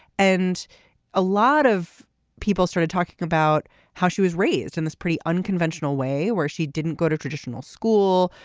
and a lot of people started talking about how she was raised in this pretty unconventional way where she didn't go to traditional school.